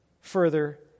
further